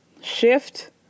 shift